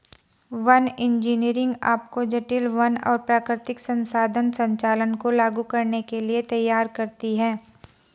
one engineering आपको जटिल वन और प्राकृतिक संसाधन संचालन को लागू करने के लिए तैयार करती है